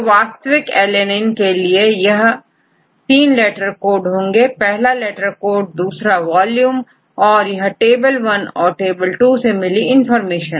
तो वास्तविक alanine के लिए यह यह तीन लेटर कोड होंगे पहला लेटर कोड दूसरा वॉल्यूम और यह टेबल वन और टू से मिली इंफॉर्मेशन